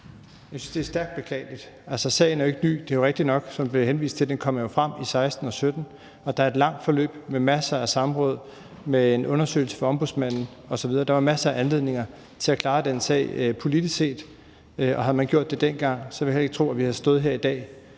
beklageligt – stærkt beklageligt. Sagen er jo ikke ny. Det er rigtigt nok, som der bliver henvist til, at den kom frem i 2016 og 2017, og der er et langt forløb med masser af samråd, med en undersøgelse fra Ombudsmanden osv. Der var jo masser af anledninger til at klare den sag politisk set. Og havde man gjort det dengang, så vil jeg heller ikke tro, at vi havde stået her i dag.